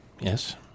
Yes